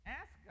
ask